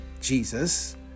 Jesus